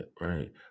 right